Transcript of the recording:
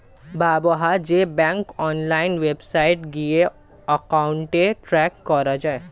ব্যবহার্য bank online ওয়েবসাইটে গিয়ে অ্যাকাউন্ট ট্র্যাক করা যায়